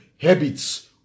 habits